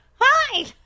hi